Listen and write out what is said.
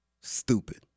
Stupid